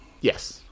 Yes